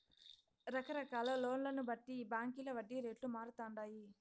రకరకాల లోన్లను బట్టి ఈ బాంకీల వడ్డీ రేట్లు మారతండాయి